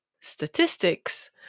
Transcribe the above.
statistics